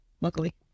Luckily